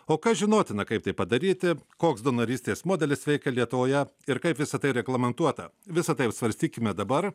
o kas žinotina kaip tai padaryti koks donorystės modelis veikia lietuvoje ir kaip visa tai reglamentuota visa tai apsvarstykime dabar